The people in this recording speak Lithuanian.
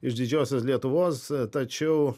iš didžiosios lietuvos tačiau